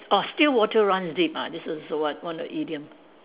orh still water runs deep ah this is what one of idiom